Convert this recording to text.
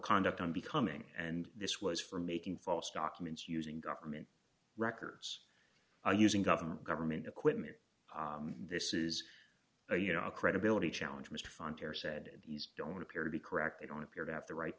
conduct unbecoming and this was for making false documents using government records and using government government equipment this is a you know a credibility challenge mr fine tear said these don't appear to be correct they don't appear to have the right